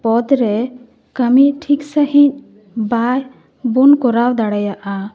ᱯᱚᱫᱽ ᱨᱮ ᱠᱟᱹᱢᱤ ᱴᱷᱤᱠ ᱥᱟᱺᱦᱤᱡ ᱵᱟᱵᱳᱱ ᱠᱚᱨᱟᱣ ᱫᱟᱲᱮᱭᱟᱜᱼᱟ